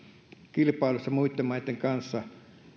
kilpailussa muitten maitten kanssa